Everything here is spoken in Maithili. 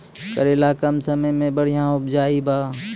करेला कम समय मे बढ़िया उपजाई बा?